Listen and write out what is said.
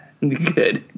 Good